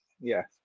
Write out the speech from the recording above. Yes